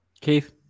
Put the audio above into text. Keith